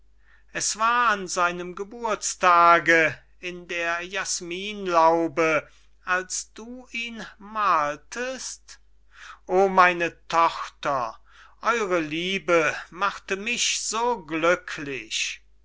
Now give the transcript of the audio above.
es war an seinem geburtstage in der jasminlaube als du ihn maltest oh meine tochter eure liebe machte mich so glücklich